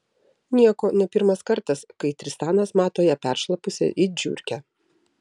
nieko ne pirmas kartas kai tristanas mato ją peršlapusią it žiurkę